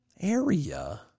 Area